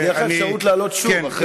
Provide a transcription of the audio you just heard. תהיה לך אפשרות לעלות שוב אחרי תשובת השר.